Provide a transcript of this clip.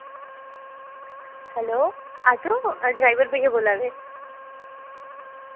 hello auto driver भैया बोल्ला दे